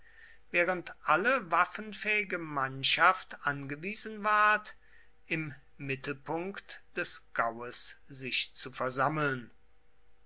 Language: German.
während alle waffenfähige mannschaft angewiesen ward im mittelpunkt des gaues sich zu versammeln